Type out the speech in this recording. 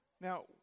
Now